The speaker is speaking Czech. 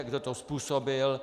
Kdo to způsobil?